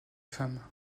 femmes